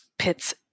Pits